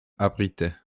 abriter